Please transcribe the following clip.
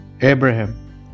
Abraham